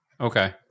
Okay